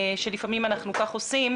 שלפעמים אנחנו כך עושים,